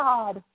God